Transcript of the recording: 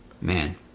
Man